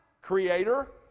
Creator